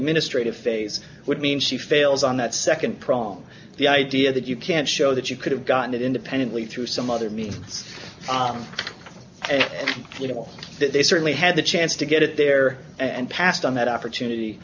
administrative phase would mean she fails on that second prong the idea that you can show that you could have gotten it independently through some other means and you know that they certainly had the chance to get it there and passed on that opportunity